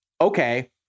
okay